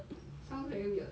like sounds very weird